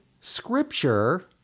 Scripture